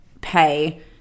pay